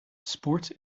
sports